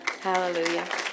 Hallelujah